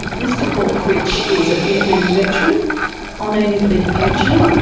mr paul fritsch is a vietnam veteran on an invalid pension.